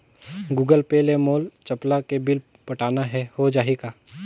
Google Pay ले मोल चपला के बिल पटाना हे, हो जाही का?